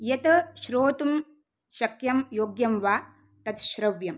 यत् श्रोतुं शक्यं योग्यं वा तत् श्रव्यम्